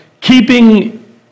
keeping